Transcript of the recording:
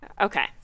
Okay